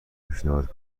پیشنهاد